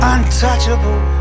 Untouchable